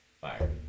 fire